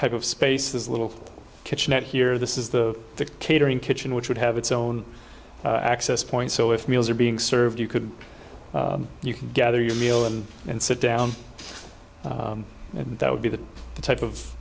type of space this little kitchenette here this is the catering kitchen which would have its own access point so if meals are being served you could you can gather your meal and and sit down and that would be the type of